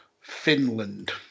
Finland